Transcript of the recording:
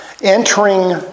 Entering